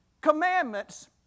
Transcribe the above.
commandments